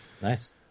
Nice